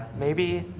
maybe?